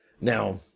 now